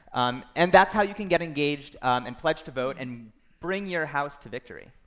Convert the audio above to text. um and that's how you can get engaged and pledge to vote and bring your house to victory.